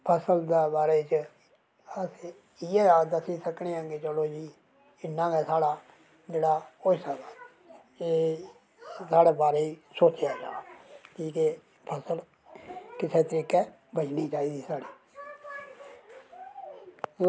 की फसल दे बारे च अस इ'यै आक्खी सकने आं कि चलो जी इन्ना गै बड़ा साढ़ा कि साढ़े बारे च सोचना चाहिदा कि फसल किसै तरीकै दी बचनी चाहिदी साढ़ी